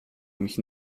mich